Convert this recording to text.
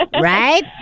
Right